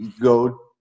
go